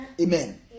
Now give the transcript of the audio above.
Amen